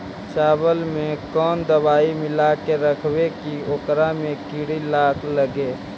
चावल में कोन दबाइ मिला के रखबै कि ओकरा में किड़ी ल लगे?